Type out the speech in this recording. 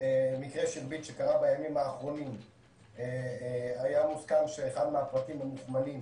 מקרה שירביט שקרה בימים האחרונים היה מוסכם שאחד מהפרטים המוכמנים